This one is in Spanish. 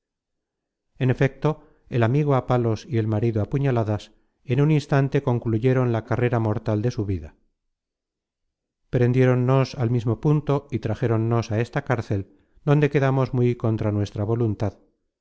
en efecto el amigo á palos y el marido á puñaladas en un instante concluyeron la car rera mortal de su vida prendiéronnos al mismo punto y trajéronnos á esta cárcel donde quedamos muy contra nues tra voluntad